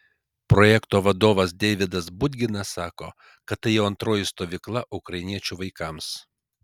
projekto vadovas deividas budginas sako kad tai jau antroji stovykla ukrainiečių vaikams